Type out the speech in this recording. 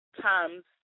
times